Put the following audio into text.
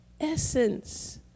essence